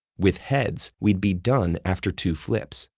with heads we'd be done after two flips.